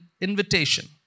invitation